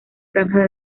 franjas